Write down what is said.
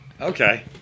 Okay